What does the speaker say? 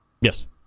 Yes